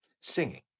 Singing